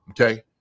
okay